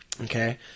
Okay